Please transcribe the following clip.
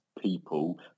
people